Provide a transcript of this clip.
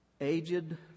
aged